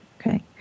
Okay